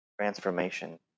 transformation